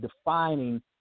defining